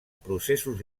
processos